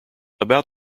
about